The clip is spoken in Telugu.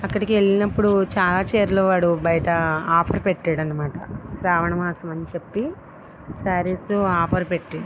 అక్కడికి వెళ్ళినప్పుడు చాలా చీరలు వాడు బయట ఆఫర్ పెట్టాడు అన్నమాట శ్రావణమాసం అని చెప్పి శారీస్ ఆఫర్ పెట్టాడు